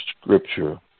Scripture